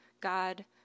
God